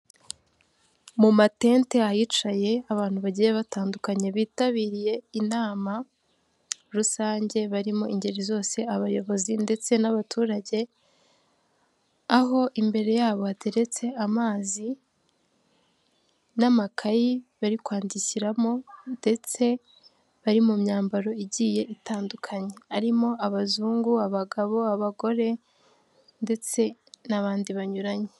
Mu matente ahicaye abantu bagiye batandukanye bitabiriye inama rusange, barimo ingeri zose; abayobozi ndetse n'abaturage, aho imbere yabo hateretse amazi n'amakayi bari kwandikiramo; ndetse bari mu myambaro igiye itandukanye. Harimo abazungu, abagabo, abagore, ndetse n'abandi banyuranye.